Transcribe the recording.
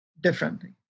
Differently